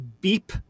BEEP